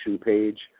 page